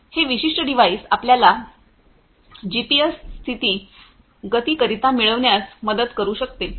हे विशिष्ट डिव्हाइस आपल्याला जीपीएस स्थिती गतिकरित्या मिळविण्यास मदत करू शकते आहे